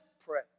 pray